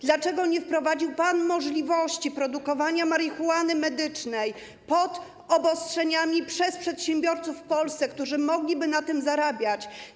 Dlaczego nie wprowadził pan możliwości produkowania marihuany medycznej pod obostrzeniami przez przedsiębiorców w Polsce, którzy mogliby na tym zarabiać?